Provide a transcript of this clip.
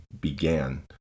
began